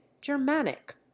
germanic